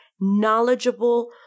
knowledgeable